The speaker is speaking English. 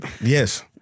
Yes